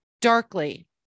darkly